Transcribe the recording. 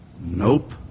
Nope